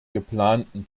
geplanten